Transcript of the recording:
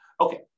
Okay